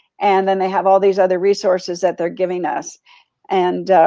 and then they have all these other resources, that they're giving us and.